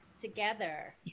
together